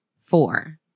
Four